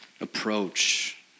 approach